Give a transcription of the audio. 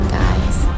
guys